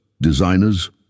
designers